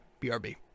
BRB